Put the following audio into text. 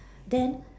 then